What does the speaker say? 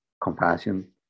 compassion